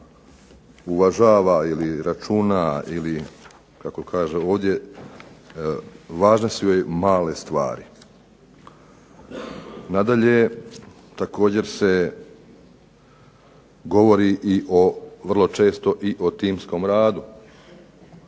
uvažava ili računa ili kako kaže ovdje, važne su joj male stvari. Nadalje, također se govori i o vrlo često i o timskom radu.